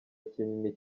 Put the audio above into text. kinini